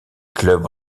clubs